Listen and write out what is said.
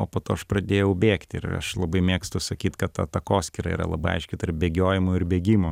o po to aš pradėjau bėgti ir aš labai mėgstu sakyt kad ta takoskyra yra labai aiški tarp bėgiojimų ir bėgimo